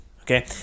Okay